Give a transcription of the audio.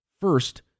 first